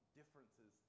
differences